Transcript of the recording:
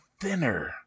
thinner